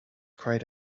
cried